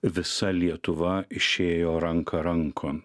visa lietuva išėjo ranka rankon